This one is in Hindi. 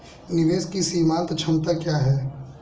निवेश की सीमांत क्षमता क्या है?